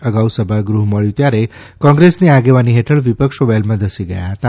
અગાઉ સભાગૃહ મળ્યું ત્યારે કોંગ્રેસની આગેવાની હેઠળ વિપક્ષો વેલમાં ધસી ગયા હતા